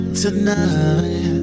tonight